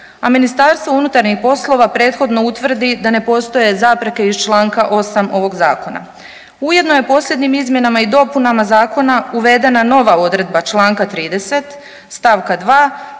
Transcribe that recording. hrvatskih državljana, a MUP prethodno utvrdi da ne postoje zapreke iz čl. 8. ovog zakona. Ujedno je posljednjim izmjenama i dopunama zakona uvedena nova odredba čl. 30. st. 2.